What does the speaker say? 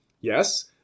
Yes